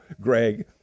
Greg